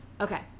Okay